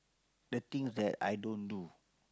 the things that i don't do